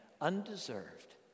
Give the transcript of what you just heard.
undeserved